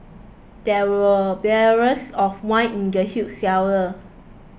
there were barrels of wine in the huge cellar